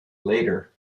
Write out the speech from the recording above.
later